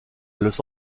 los